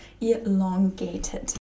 elongated